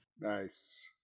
Nice